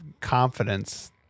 confidence